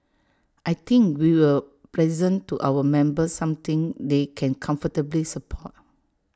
I think we will present to our members something they can comfortably support